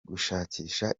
gushakisha